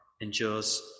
endures